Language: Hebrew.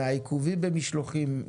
מהעיכובים במשלוחים,